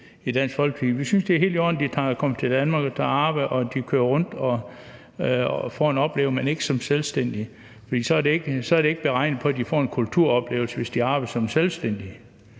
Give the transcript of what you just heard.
i Dansk Folkeparti. Vi synes, det er helt i orden, at de kommer til Danmark og tager arbejde, og at de kører rundt, men det skal de ikke som selvstændige. For det er ikke beregnet på, at de får en kulturoplevelse, hvis de arbejder som selvstændige;